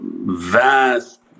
vast